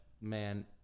man